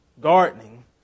gardening